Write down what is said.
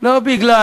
לא בגלל